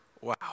Wow